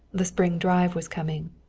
the spring drive was coming.